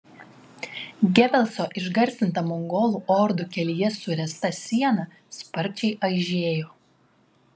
gebelso išgarsinta mongolų ordų kelyje suręsta siena sparčiai aižėjo